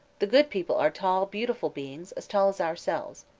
the good people are tall, beautiful beings, as tall as ourselves.